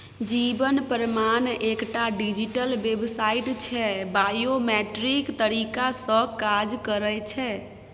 जीबन प्रमाण एकटा डिजीटल बेबसाइट छै बायोमेट्रिक तरीका सँ काज करय छै